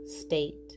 state